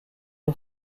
les